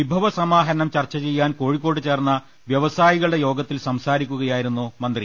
വിഭവസമാഹരണം ചർച്ചചെയ്യാൻ കോഴി ക്കോടുചേർന്ന വ്യവസായികളുടെ യോഗത്തിൽ സംസാരിക്കുകയായിരുന്നു മന്ത്രി